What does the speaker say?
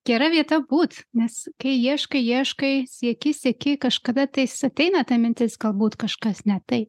gera vieta būt nes kai ieškai ieškai sieki sieki kažkada tais ateina ta mintis galbūt kažkas ne tai